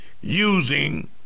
using